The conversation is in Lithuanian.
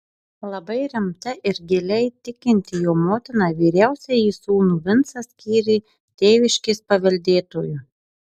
labai rimta ir giliai tikinti jo motina vyriausiąjį sūnų vincą skyrė tėviškės paveldėtoju